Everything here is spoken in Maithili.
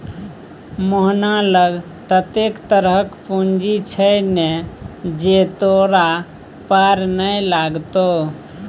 मोहना लग ततेक तरहक पूंजी छै ने जे तोरा पार नै लागतौ